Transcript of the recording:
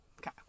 okay